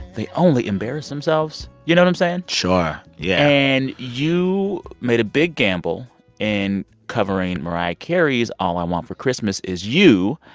they only embarrass themselves. you know what i'm saying? sure. yeah and you made a big gamble in covering mariah carey's, all i want for christmas is you.